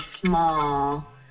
small